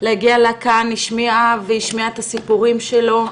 להגיע לכאן, השמיעה והשמיע את הסיפורים שלו.